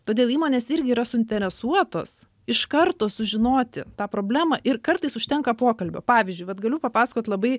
todėl įmonės irgi yra suinteresuotos iš karto sužinoti tą problemą ir kartais užtenka pokalbio pavyzdžiui vat galiu papasakot labai